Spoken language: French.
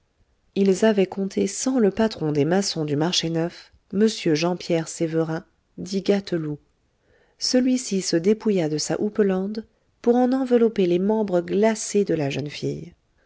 ils avaient compté sans le patron des maçons du marché neuf m jean pierre sévérin dit gâteloup celui-ci se dépouilla de sa houppelande pour en envelopper les membres glacés de la jeune fille